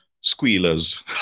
squealers